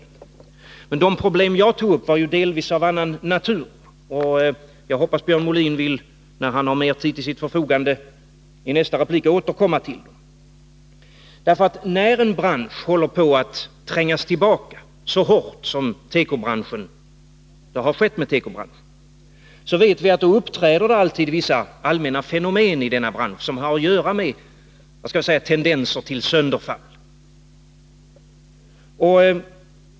Men de problem jag tog upp var delvis av annan natur, och jag hoppas att Björn Molin, när han har mer tid till sitt förfogande i nästa replik, vill återkomma till dem. När en bransch håller på att trängas tillbaka så hårt som har skett med tekobranschen vet vi att det i branschen alltid uppträder vissa allmänna fenomen som har att göra med tendenser till sönderfall.